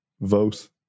vote